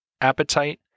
appetite